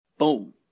Boom